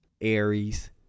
Aries